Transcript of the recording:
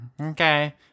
okay